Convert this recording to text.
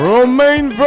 Romaine